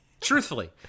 truthfully